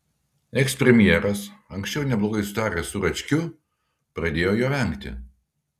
ekspremjeras anksčiau neblogai sutaręs su račkiu pradėjo jo vengti